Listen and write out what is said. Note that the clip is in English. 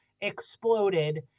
exploded